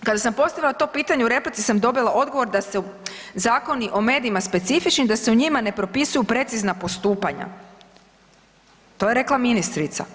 Kada sam postavila to pitanje u replici sam dobila odgovor da su zakoni o medijima specifični, da se u njima ne propisuju precizna postupanja, to je rekla ministrica.